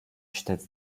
считать